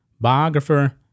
biographer